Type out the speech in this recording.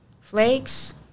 flakes